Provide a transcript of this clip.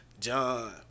John